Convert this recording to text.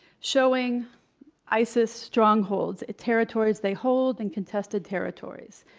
showing isis strongholds territories they hold and contested territories.